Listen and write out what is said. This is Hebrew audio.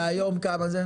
והיום כמה זה?